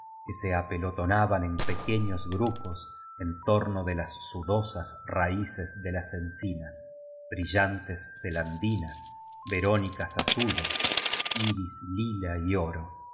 que se apelotonaban en pequeños grupos en torno de las sudosas raíces de las encinas brillantes celandinas verónicas azules iris lila y oro